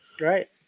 Right